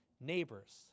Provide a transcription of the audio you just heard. neighbors